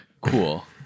Cool